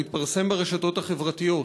והוא התפרסם ברשתות החברתיות,